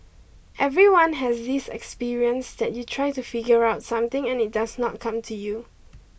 everyone has this experience that you try to figure out something and it does not come to you